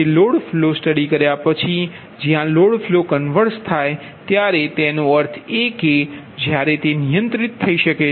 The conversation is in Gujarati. જે લોડ ફ્લો સ્ટડી કર્યા પછી જ્યા લોડ ફ્લો કન્વર્ઝ થાય ત્યારે તેનો અર્થ એ કે જ્યારે તે નિયંત્રિત થઈ શકે